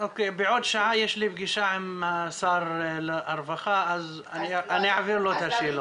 בעוד שעה יש לי פגישה עם שר הרווחה אז אני אעביר לו את השאלות.